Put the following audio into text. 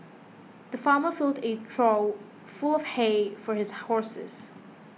the farmer filled a trough full of hay for his horses